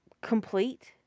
complete